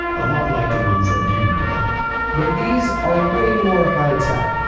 a lot like the ones that budin developed but these are way more high tech.